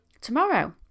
tomorrow